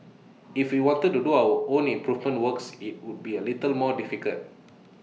if we wanted to do our own improvement works IT would be A little more difficult